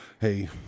hey